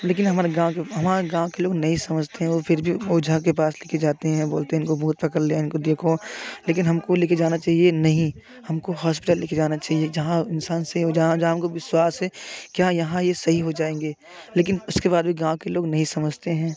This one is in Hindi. लेकिन हमारे गाँव के हमारे गाँव के लोग नहीं समझते हैं वो फिर भी ओझा के पास लेके जाते हैं बोलते हैं इनको भूत पकड़ लिया इनको देखो लेकिन हमको लेके जाना चाहिए नहीं हमको हॉस्पिटल लेके जाना चाहिए जहाँ इंसान सेव जहाँ जहाँ हमको विश्वास है क्या यहाँ ये सही हो जाएँगे लेकिन उसके बाद भी गाँव के लोग नहीं समझते हैं